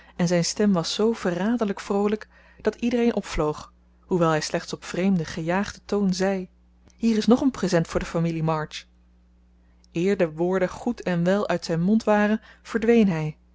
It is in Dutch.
en zijn stem was zoo verraderlijk vroolijk dat iedereen opvloog hoewel hij slechts op vreemden gejaagden toon zei hier is ng een present voor de familie march eer de woorden goed en wel uit zijn mond waren verdween hij